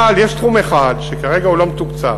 אבל, יש תחום אחד שכרגע הוא לא מתוקצב,